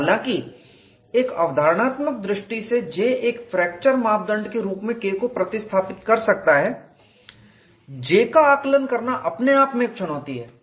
हालांकि एक अवधारणात्मक दृष्टि से J एक फ्रैक्चर मापदंड के रूप में K को प्रतिस्थापित कर सकता है J का आकलन करना अपने आप में एक चुनौती है